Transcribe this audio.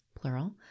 plural